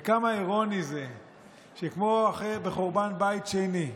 וכמה אירוני זה שכמו בחורבן בית שני,